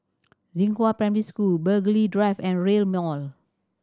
Zinghua Primary School Burghley Drive and Rail Mall